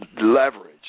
leverage